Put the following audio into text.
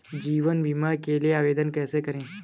जीवन बीमा के लिए आवेदन कैसे करें?